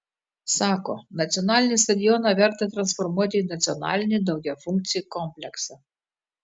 sako nacionalinį stadioną verta transformuoti į nacionalinį daugiafunkcį kompleksą